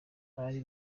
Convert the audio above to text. abari